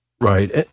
Right